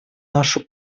нашу